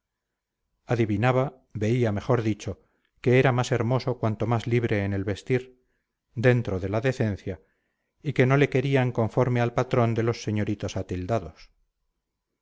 adivinaba veía mejor dicho que era más hermoso cuanto más libre en el vestir dentro de la decencia y que no le querían conforme al patrón de los señoritos atildados